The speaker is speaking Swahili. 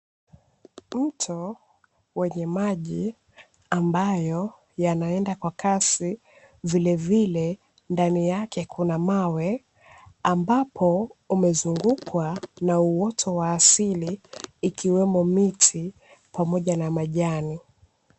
Mto wenye maji ambayo yanaenda kwa kasi, vilevile ndani yake kuna mawe, ambapo umezungukwa na uoto wa asili ikiwemo miti pamoja na majani.